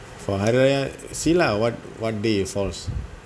for hari raya see lah what what day it falls